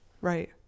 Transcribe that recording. Right